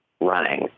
running